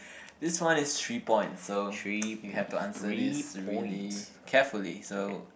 this one is three points so you have to answer this really carefully so